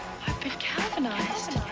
been calvinized.